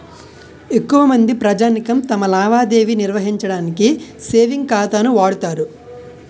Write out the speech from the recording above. ఎక్కువమంది ప్రజానీకం తమ లావాదేవీ నిర్వహించడానికి సేవింగ్ ఖాతాను వాడుతారు